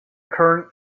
current